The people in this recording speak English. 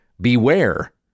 beware